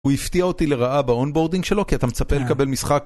הוא הפתיע אותי לרעה באונבורדינג שלו כי אתה מצפה לקבל משחק